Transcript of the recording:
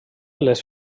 les